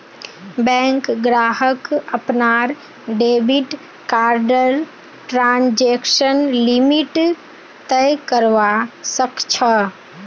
bank ग्राहक अपनार debit कार्डर ट्रांजेक्शन लिमिट तय करवा सख छ